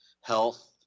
health